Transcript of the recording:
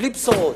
בלי בשורות,